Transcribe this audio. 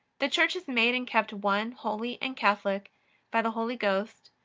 the church is made and kept one, holy, and catholic by the holy ghost,